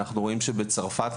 בצרפת,